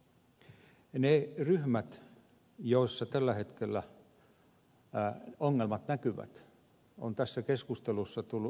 ne ryhmät joissa tällä hetkellä ongelmat näkyvät ovat tässä keskustelussa tulleet ilmi